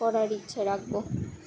করার ইচ্ছা রাখবো